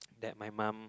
that my mum